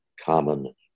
common